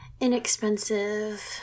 Inexpensive